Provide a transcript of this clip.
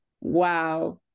Wow